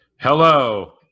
Hello